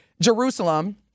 Jerusalem